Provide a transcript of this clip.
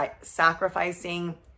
sacrificing